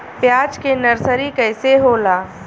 प्याज के नर्सरी कइसे होला?